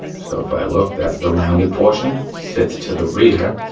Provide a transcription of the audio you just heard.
so if i look that's the rounded portion, sits to the rear,